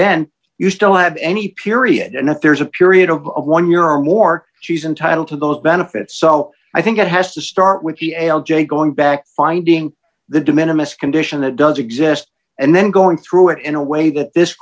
then you still have any period and that there's a period of one year or more she's entitled to those benefits so i think it has to start with the a l j going back finding the de minimus condition that does exist and then going through it in a way that this